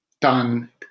done